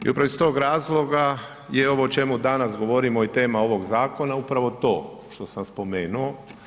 I upravo iz tog razloga je ovo o čemu danas govorimo i tema ovog zakona, upravo to što sam spomenuo.